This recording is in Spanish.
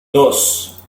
dos